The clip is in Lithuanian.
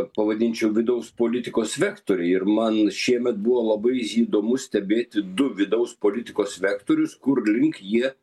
pavadinčiau vidaus politikos vektoriai ir man šiemet buvo labai įdomu stebėti du vidaus politikos vektorius kur link jie